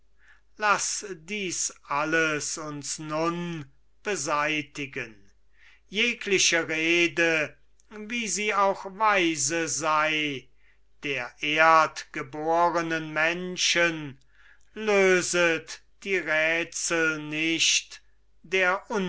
laß dies alles uns nun beseitigen jegliche rede wie sie auch weise sei der erdegeborenen menschen löset die rätsel nicht der